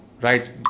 right